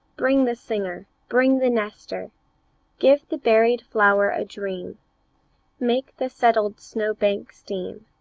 bring the singer, bring the nester give the buried flower a dream make the settled snow-bank steam